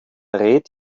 rät